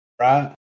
right